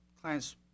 clients